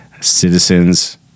citizens